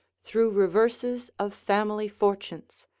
through reverses of family fortunes,